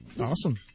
Awesome